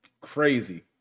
Crazy